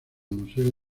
museo